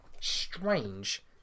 strange